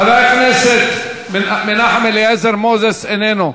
חבר הכנסת מנחם אליעזר מוזס, איננו,